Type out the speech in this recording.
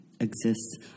exists